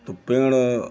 तो पेड़